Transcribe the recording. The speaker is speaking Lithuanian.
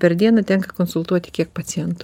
per dieną tenka konsultuoti kiek pacientų